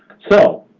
so